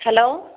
hello